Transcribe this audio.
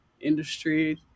industry